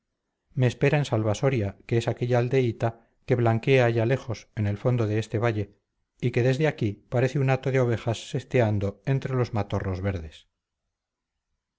me espera en salvasoria que es aquella aldeíta que blanquea allá lejos en el fondo de este valle y que desde aquí parece un hato de ovejas sesteando entre los matorros verdes